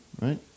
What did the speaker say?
right